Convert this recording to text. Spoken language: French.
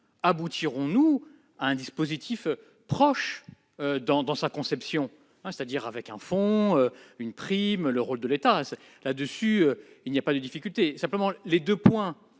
aboutirons-nous à un dispositif proche dans sa conception, c'est-à-dire avec un fonds, une prime, le rôle de l'État précisé. Là-dessus, il n'y a pas de difficulté. Cependant, faute de temps,